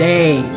Day